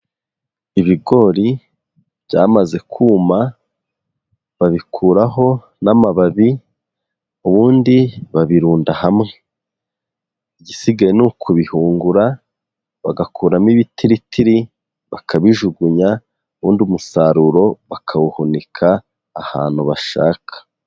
Ibigori byamaze kuma, babikuraho n'amababi, ubundi babirunda hamwe. Igisigaye ni ukubihungura, bagakuramo ibitiritiri bakabijugunya, ubundi umusaruro bakawuhunika ahantu bashaka.